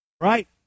Right